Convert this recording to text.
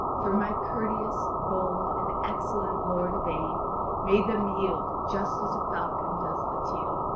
for my courteous, bold, and excellent lord yvain made them yield just as a falcon does the teal.